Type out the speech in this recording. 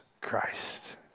Christ